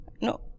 No